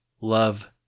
love